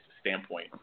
standpoint